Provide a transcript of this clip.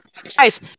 Guys